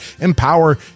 empower